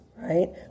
Right